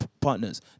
partners